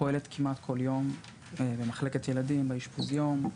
פועלת כמעט כל יום במחלקת ילדים באשפוז יום,